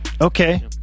Okay